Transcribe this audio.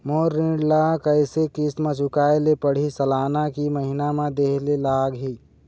मोर ऋण ला कैसे किस्त म चुकाए ले पढ़िही, सालाना की महीना मा देहे ले लागही?